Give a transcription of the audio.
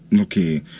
okay